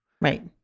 Right